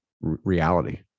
reality